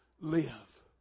Live